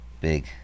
big